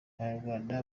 abanyarwanda